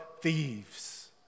thieves